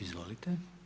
Izvolite.